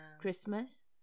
Christmas